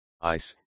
ICE